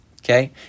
okay